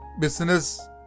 business